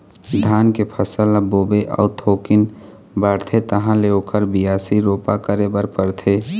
धान के फसल ल बोबे अउ थोकिन बाढ़थे तहाँ ले ओखर बियासी, रोपा करे बर परथे